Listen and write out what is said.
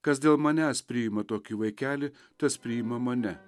kas dėl manęs priima tokį vaikelį tas priima mane